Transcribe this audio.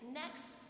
next